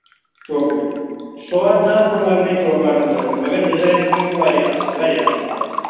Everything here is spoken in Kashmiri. چاکلیٹ سواد زٕ ہَتھ فُٹ لَگنٕے چوکاٹَن لٔکٕر مَگر ڈِزایِن دِمَے بہٕ واریاہ اَصٕل واریاہ اَصٕل بَنٲوِتھ